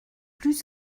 plus